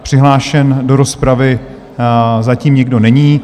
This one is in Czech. Přihlášen do rozpravy zatím nikdo není.